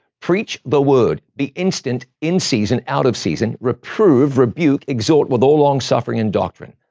preach the word be instant in season, out of season reprove, rebuke, exhort with all long suffering and doctrine.